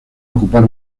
ocupar